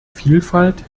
vielfalt